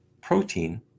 protein